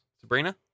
Sabrina